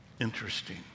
interesting